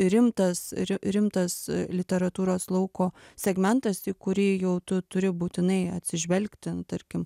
rimtas ri rimtas literatūros lauko segmentas į kurį jau tu turi būtinai atsižvelgti tarkim